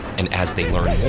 and as they learn